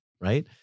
right